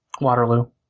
Waterloo